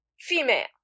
female